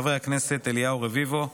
של חבר הכנסת אליהו רביבו.